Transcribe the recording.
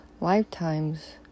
lifetimes